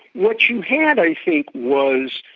what you had i think was,